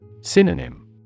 Synonym